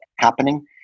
happening